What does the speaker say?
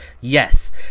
Yes